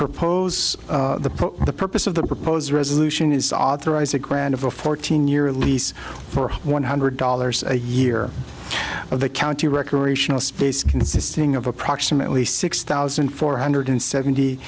propose the purpose of the proposed resolution is to authorize a grant of a fourteen year lease for one hundred dollars a year of the county recreational space consisting of approximately six thousand four hundred seventy